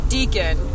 Deacon